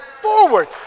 forward